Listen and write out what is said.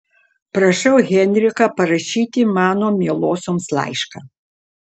prašau henriką parašyti mano mielosioms laišką